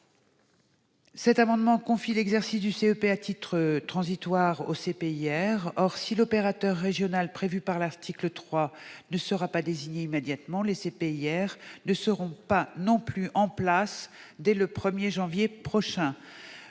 objet de confier l'exercice du CEP à titre transitoire aux CPIR. Or, si l'opérateur régional prévu par l'article 3 ne sera pas désigné immédiatement, les CPIR ne seront pas non plus en place dès le 1 janvier prochain.